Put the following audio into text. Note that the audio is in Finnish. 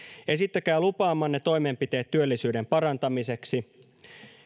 esittäkää lupaamanne toimenpiteet työllisyyden parantamiseksi